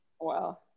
Wow